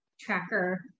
tracker